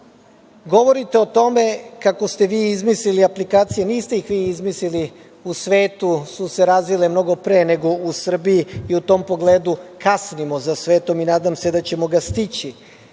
Govorite o tome kako ste vi izmislili aplikacije. Niste ih vi izmislili. U svetu su se razvile mnogo pre nego u Srbiji i u tom pogledu kasnimo za svetom. Nadam se da ćemo ga stići. Nije